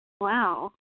Wow